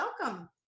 welcome